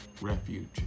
refuge